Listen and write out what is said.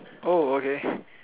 oh okay